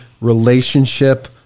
relationship